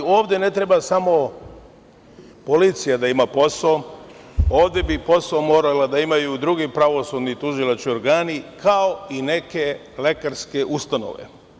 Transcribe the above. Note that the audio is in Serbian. Ovde ne treba samo policija da ima posao, ovde bi posao morale da imaju i drugi pravosudni i tužilački organi, kao i neke lekarske ustanove.